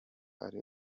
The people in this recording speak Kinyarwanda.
ari